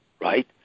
right